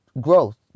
growth